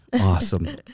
Awesome